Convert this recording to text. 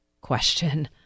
question